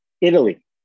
Italy